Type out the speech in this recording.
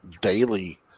daily